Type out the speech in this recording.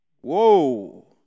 Whoa